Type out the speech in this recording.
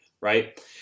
right